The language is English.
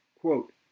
Quote